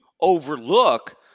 overlook